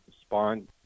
spawn